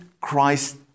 Christ